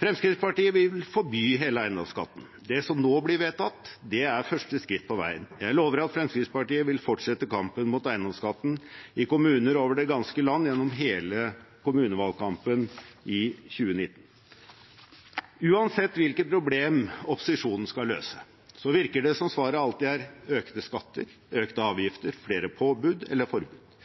Fremskrittspartiet vil forby hele eiendomsskatten. Det som nå blir vedtatt, er første skritt på veien. Jeg lover at Fremskrittspartiet vil fortsette kampen mot eiendomsskatten i kommuner over det ganske land gjennom hele kommunevalgkampen i 2019. Uansett hvilket problem opposisjonen skal løse, virker det som om svaret alltid er økte skatter, økte avgifter, flere forbud eller påbud.